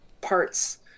parts